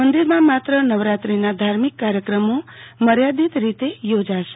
મંદિરમાં માત્ર નવરાત્રીના કાર્યક્રમો મર્યાદિત રીતે યોજાશે